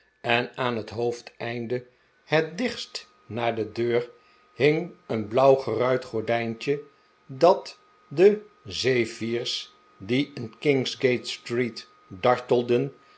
en aan het hoofdeiri de het dichtst naar de deur hing een blauw geruit gordijntje dat de zeiirs die in kingsgate street dartelden